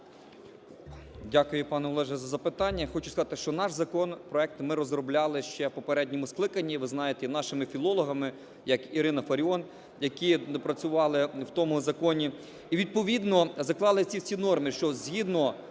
Дякую, пане Олеже, за запитання. Я хочу сказати, що наш законопроект ми розробляли ще в попередньому скликанні, ви знаєте, нашими філологами як Ірина Фаріон, які працювали в тому законі. І відповідно заклали ці всі норми, що згідно